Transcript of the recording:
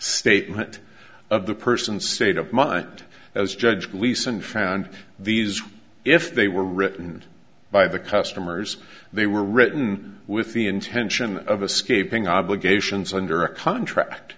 statement of the person's state of mind as judge police and found these if they were written by the customers they were written with the intention of a scaping obligations under a contract